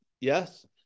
yes